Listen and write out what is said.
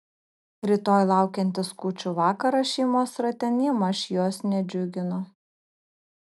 rytoj laukiantis kūčių vakaras šeimos rate nėmaž jos nedžiugino